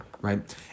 right